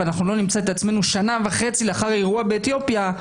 ולא נמצא את עצמנו שנה וחצי לאחר האירוע כמו באתיופיה,